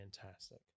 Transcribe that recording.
fantastic